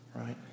Right